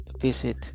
visit